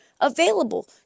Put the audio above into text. available